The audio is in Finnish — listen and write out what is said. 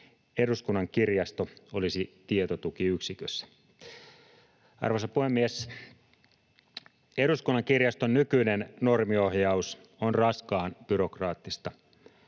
Eduskunnan kirjasto olisi tietotukiyksikössä. Arvoisa puhemies! Eduskunnan kirjaston nykyinen normiohjaus on raskaan byrokraattista.